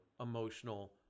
emotional